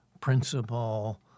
principle